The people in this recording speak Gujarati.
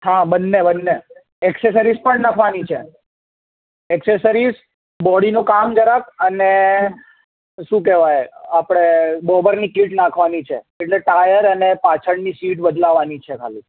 હા બન્ને બન્ને એક્સસેસરીસ પણ નાખવાની છે એક્સસેસરીસ બોડીનું કામ જરાક અને શું કહેવાય આપણે બોબરની કિટ નાખવાની છે એટલે ટાયર અને પાછળની સીટ બદલાવવાની છે ખાલી